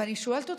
ואני שואלת אתכם: